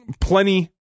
Plenty